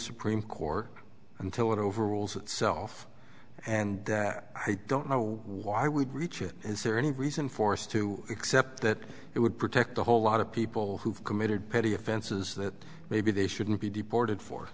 supreme court until it overrules itself and i don't know why i would reach it is there any reason force to except that it would protect a whole lot of people who have committed petty offenses that maybe they shouldn't be deported for